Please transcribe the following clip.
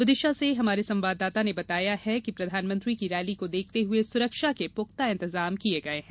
विदिशा से हमारे संवाददाता ने बताया है कि प्रधानमंत्री की रैली को देखते हए सुरक्षा के पूख्ता इंतजाम किये गये हैं